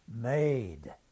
made